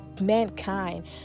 mankind